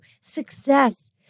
success